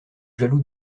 jaloux